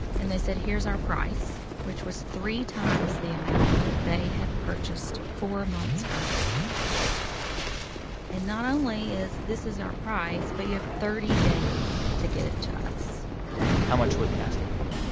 and they said, here's our price, which was three times the amount that they had purchased four months earlier wow and not only is this is our price, but you have thirty days to get it to us how much were they asking for?